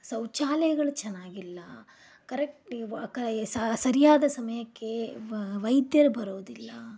ಶೌಚಾಲಯಗಳು ಚೆನ್ನಾಗಿಲ್ಲ ಕರೆಕ್ಟ್ ಸರಿಯಾದ ಸಮಯಕ್ಕೆ ವೈದ್ಯರು ಬರೋದಿಲ್ಲ